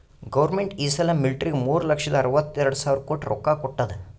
government ಈ ಸಲಾ ಮಿಲ್ಟ್ರಿಗ್ ಮೂರು ಲಕ್ಷದ ಅರ್ವತ ಎರಡು ಸಾವಿರ ಕೋಟಿ ರೊಕ್ಕಾ ಕೊಟ್ಟಾದ್